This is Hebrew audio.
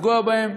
לפגוע בהם.